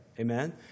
Amen